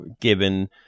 given